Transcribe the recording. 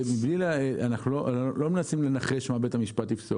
אנחנו לא מנסים לנחש מה בית המשפט יפסוק,